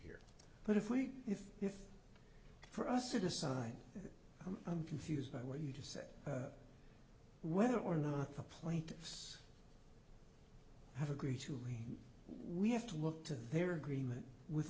here but if we if if for us to decide i'm confused by what you just said whether or not the plaintiffs have agreed to read we have to look to their agreement with